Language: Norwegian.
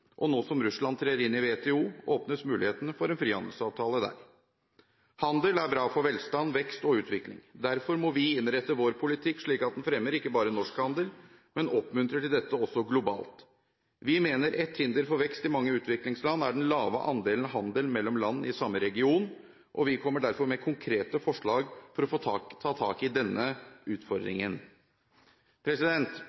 og nå som Russland trer inn i WTO, åpnes mulighetene for en frihandelsavtale der. Handel er bra for velstand, vekst og utvikling. Derfor må vi innrette vår politikk slik at den fremmer ikke bare norsk handel, men oppmuntrer til handel også globalt. Vi mener et hinder for vekst i mange utviklingsland er den lave andelen av handel mellom land i samme region, og vi kommer derfor med konkrete forslag for å ta tak i denne